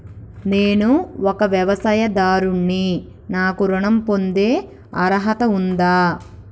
నేను ఒక వ్యవసాయదారుడిని నాకు ఋణం పొందే అర్హత ఉందా?